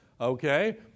Okay